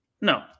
no